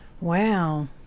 Wow